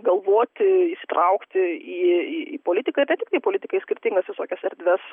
galvoti įsitraukti į į politiką ir ne tik tai politikai skirtingas visokias erdves